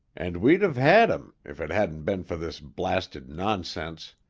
and we'd of had him if it hadn't been for this blasted nonsense.